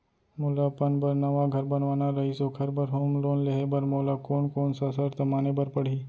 मोला अपन बर नवा घर बनवाना रहिस ओखर बर होम लोन लेहे बर मोला कोन कोन सा शर्त माने बर पड़ही?